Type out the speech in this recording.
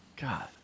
God